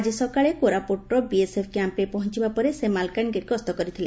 ଆଜି ସକାଳେ କୋରାପୁଟର ବିଏସ୍ଏଫ କ୍ୟାମ୍ପରେ ପହଞିବା ପରେ ସେ ମାଲକାନଗିରି ଗସ୍ତ କରିଥିଲେ